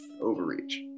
Overreach